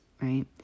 right